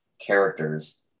characters